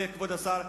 לרבות כבוד השר.